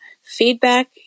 feedback